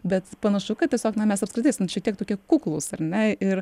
bet panašu kad tiesiog na mes apskritai šitiek tokie kuklūs ar ne ir